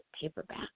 paperback